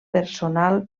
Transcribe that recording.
personal